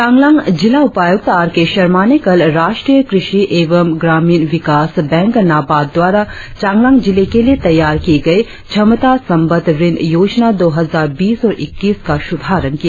चांगलांग जिला उपायुक्त R K Sharma ने कल राष्ट्रीय कृषि एवं ग्रामीण विकास बैंक नाबार्ड द्वारा चांगलांग जिले के लिए तैयार की गई क्षमता संबद्ध ऋण योजना दो हजार बीस इक्कीस का शुभारंभ किया